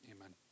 Amen